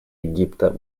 египта